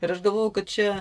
ir aš galvojau kad čia